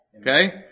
Okay